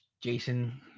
Jason